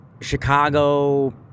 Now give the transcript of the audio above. Chicago